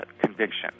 conviction